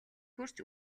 хүрч